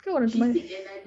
ke orang tu mas~